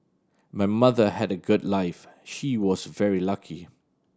my mother had a good life she was very lucky